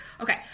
Okay